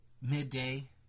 midday